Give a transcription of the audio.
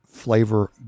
flavor